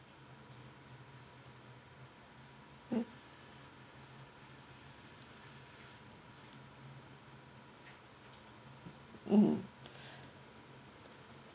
mm mmhmm